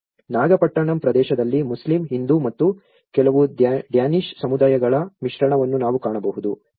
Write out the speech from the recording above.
ನಾಗಪಟ್ಟಣಂ ಪ್ರದೇಶದಲ್ಲಿ ಮುಸ್ಲಿಂ ಹಿಂದೂ ಮತ್ತು ಕೆಲವು ಡ್ಯಾನಿಶ್ ಸಮುದಾಯಗಳ ಮಿಶ್ರಣವನ್ನು ನಾವು ಕಾಣಬಹುದು